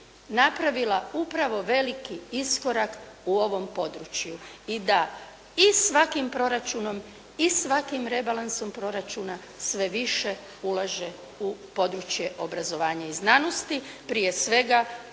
napravila upravo veliki iskorak u ovom području i da i svakim proračunom i svakim rebalansom proračuna sve više ulaže u područje obrazovanja i znanosti, prije svega